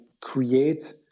create